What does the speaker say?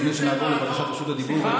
לפני שנעבור לבקשת רשות הדיבור,